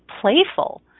playful